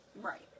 Right